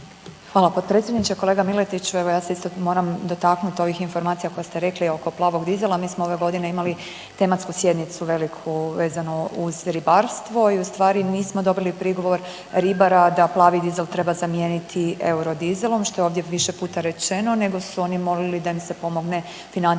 Hvala potpredsjedniče, kolega Miletić evo ja se isto moram dotaknuti ovih informacija koje ste rekli oko plavog dizela. Mi smo ove godine imali tematsku sjednicu veliku vezano uz ribarstvo i u stvari nismo dobili prigovor ribara da plavi dizel treba zamijeniti eurodizelom što je ovdje više puta rečeno nego su oni molili da im se pomogne financijskim